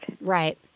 right